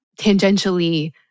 tangentially